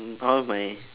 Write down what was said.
all my